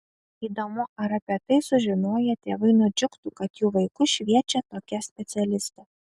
įdomu ar apie tai sužinoję tėvai nudžiugtų kad jų vaikus šviečia tokia specialistė